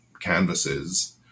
canvases